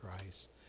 Christ